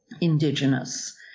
indigenous